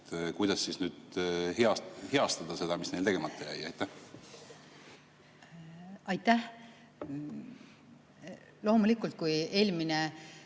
kuidas siis nüüd heastada seda, mis neil tegemata jäi? Aitäh! Loomulikult, kui eelmisel